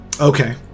Okay